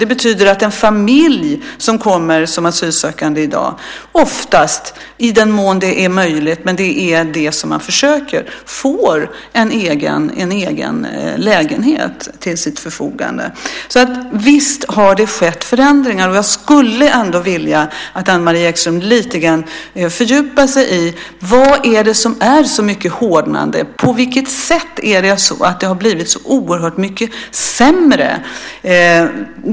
Det betyder att en familj som kommer som asylsökande i dag oftast - i den mån det är möjligt, men det är det man försöker - får en egen lägenhet till sitt förfogande. Visst har det alltså skett förändringar. Jag skulle vilja att Anne-Marie Ekström lite grann fördjupade sig i vad det är som har hårdnat så mycket. På vilket sätt har det blivit så oerhört mycket sämre?